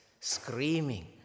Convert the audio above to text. screaming